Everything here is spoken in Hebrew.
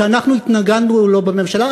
שאנחנו התנגדנו לו בממשלה,